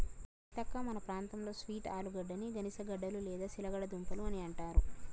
సీతక్క మన ప్రాంతంలో స్వీట్ ఆలుగడ్డని గనిసగడ్డలు లేదా చిలగడ దుంపలు అని అంటారు